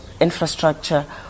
infrastructure